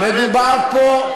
לעברת אותו.